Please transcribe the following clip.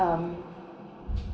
um